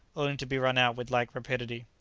only to be run out with like rapidity.